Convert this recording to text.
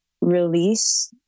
release